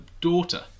daughter